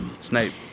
Snape